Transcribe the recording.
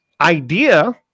idea